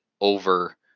over